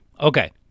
Okay